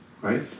right